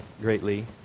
greatly